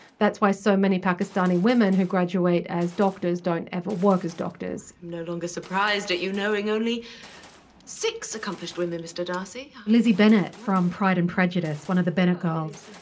that's why so many pakistani women who graduate as doctors don't ever work as doctors i'm no longer surprised at you knowing only six accomplished women, mr. darcy lizzy bennett from pride and prejudice, one of the bennet girls,